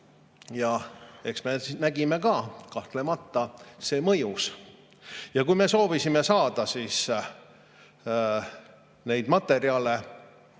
Ja eks me nägime ka, et kahtlemata see mõjus. Ja kui me soovisime saada neid materjale